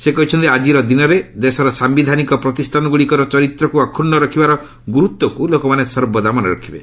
ସେ କହିଛନ୍ତି ଆଜିର ଦିନରେ ଦେଶର ସାୟିଧାନିକ ପ୍ରତିଷ୍ଠାନ ଗୁଡ଼ିକର ଚରିତ୍ରକୁ ଅକ୍ଷୁଣ୍ଡ ରଖିବାର ଗୁରୁତ୍ୱକୁ ଲୋକମାନେ ସର୍ବଦା ମନେରଖିବେ